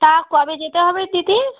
তা কবে যেতে হবে দিদি